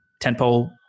tentpole